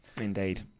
Indeed